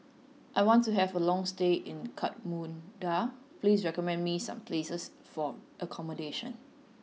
I want to have a long stay in Kathmandu please recommend me some places for accommodation